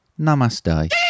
Namaste